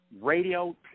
radio